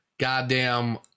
goddamn